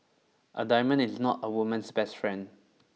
a diamond is not a woman's best friend